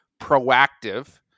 proactive